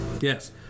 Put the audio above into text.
Yes